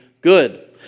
good